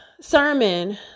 sermon